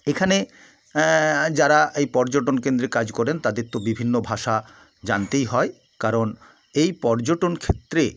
এখানে যারা এই পর্যটন কেন্দ্রে কাজ করেন তাদের তো বিভিন্ন ভাষা জানতেই হয় কারণ এই পর্যটন ক্ষেত্রে